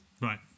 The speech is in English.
Right